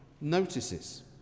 notices